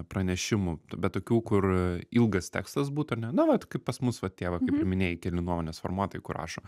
pranešimų bet tokių kur ilgas tekstas būtų ar ne na vat kaip pas mus vat tie vat kaip ir minėjai keli nuomonės formuotojai kur rašo